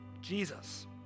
Jesus